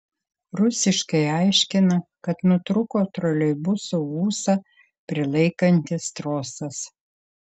rusiškai aiškina kad nutrūko troleibuso ūsą prilaikantis trosas